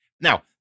Now